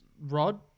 Rod